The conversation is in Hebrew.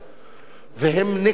והם נקצרו,